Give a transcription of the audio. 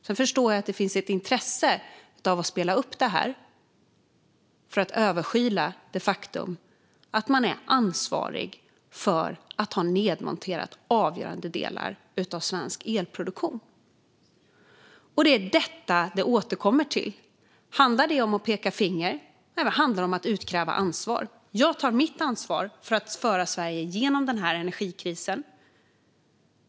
Sedan förstår jag att det finns ett intresse att spela upp detta för att överskyla det faktum att man är ansvarig för att ha nedmonterat avgörande delar av svensk elproduktion. Det är detta frågan återkommer till. Handlar det om att peka finger? Nej, det handlar om att utkräva ansvar. Jag tar mitt ansvar för att föra Sverige igenom energikrisen.